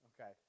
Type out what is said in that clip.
Okay